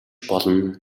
болно